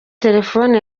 telefoni